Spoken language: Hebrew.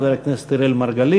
חבר הכנסת אראל מרגלית,